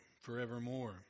forevermore